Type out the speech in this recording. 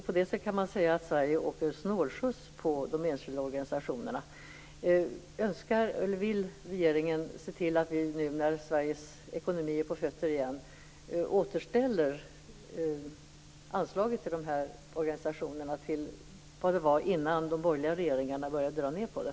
På det sättet kan man säga att Sverige åker snålskjuts på de enskilda organisationerna. Vill regeringen se till att vi nu, när Sveriges ekonomi är på fötter igen, återställer anslaget till de här organisationerna till vad det var innan de borgerliga regeringarna började dra ned på det?